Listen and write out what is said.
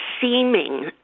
seeming